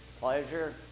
pleasure